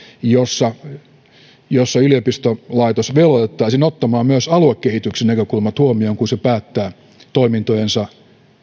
jossa yliopistolaitos velvoitettaisiin ottamaan myös aluekehityksen näkökulmat huomioon kun se päättää toimintojensa